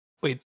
Wait